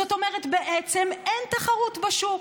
זאת אומרת, בעצם, אין תחרות בשוק.